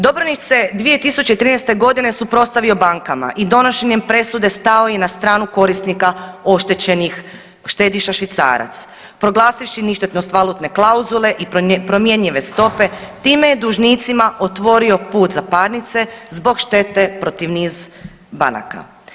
Dobronić se 2013. g. suprotstavio bankama i donošenju presude stao je na stranu korisnika oštećenih štediša švicarac proglasivši ništetnost valutne klauzule i promjenjive stope, time je dužnicima otvorio put za parnice zbog štete protiv niz banaka.